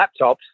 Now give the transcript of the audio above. laptops